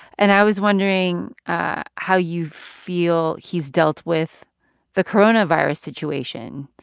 and i was wondering how you feel he's dealt with the coronavirus situation.